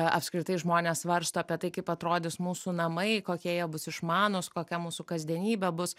apskritai žmonės svarsto apie tai kaip atrodys mūsų namai kokie jie bus išmanūs kokia mūsų kasdienybė bus